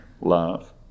love